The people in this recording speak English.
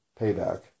payback